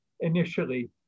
initially